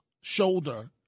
shoulder